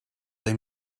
they